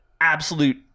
absolute